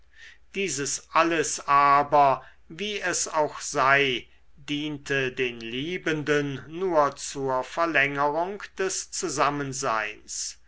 dieses alles aber wie es auch sei diente den liebenden nur zur verlängerung des zusammenseins